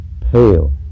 pale